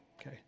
Okay